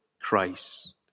Christ